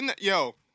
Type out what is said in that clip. Yo